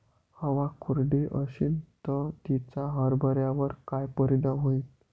हवा कोरडी अशीन त तिचा हरभऱ्यावर काय परिणाम होईन?